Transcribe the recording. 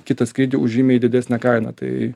kitą skrydį už žymiai didesnę kainą tai